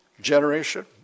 generation